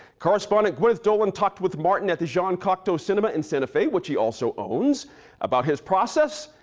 correspondent gwyneth doland talked with martin at the jean cocteau cinema in santa fe which he also owns about his process,